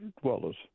dwellers